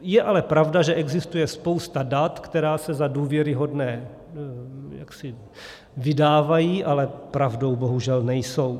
Je ale pravda, že existuje spousta dat, která se za důvěryhodná vydávají, ale pravdou bohužel nejsou.